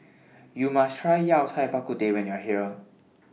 YOU must Try Yao Cai Bak Kut Teh when YOU Are here